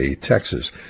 Texas